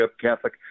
Catholic